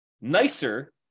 nicer